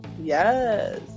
Yes